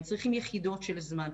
הם צריכים יחידות של זמן,